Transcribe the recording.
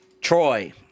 Troy